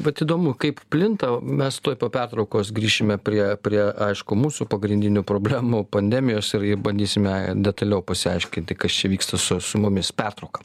vat įdomu kaip plinta mes tuoj po pertraukos grįšime prie prie aišku mūsų pagrindinių problemų pandemijos ir ir bandysime detaliau pasiaiškinti kas čia vyksta su su mumis pertrauka